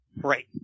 Right